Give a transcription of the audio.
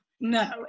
No